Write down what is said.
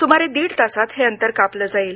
सुमारे दीड तासात हे अंतर कापले जाईल